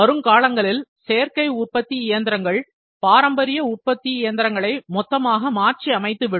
வருங்காலங்களில் சேர்க்கை உற்பத்தி இயந்திரங்கள் பாரம்பரிய உற்பத்தி இயந்திரங்களை மொத்தமாக மாற்றி அமைத்து விடும்